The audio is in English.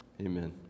Amen